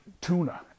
tuna